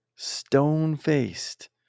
Stone-faced